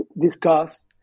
discuss